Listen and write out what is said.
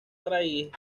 raíz